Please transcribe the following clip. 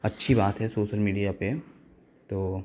अच्छी बात है सोसल मीडिया पे तो